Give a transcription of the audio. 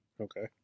Okay